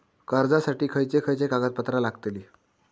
कर्जासाठी खयचे खयचे कागदपत्रा लागतली?